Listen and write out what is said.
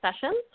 sessions